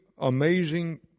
amazing